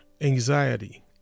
anxiety